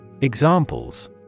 Examples